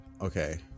Okay